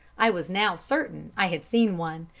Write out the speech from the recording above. i was now certain i had seen one,